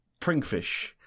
pringfish